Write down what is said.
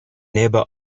neighbour